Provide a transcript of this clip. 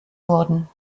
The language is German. wurden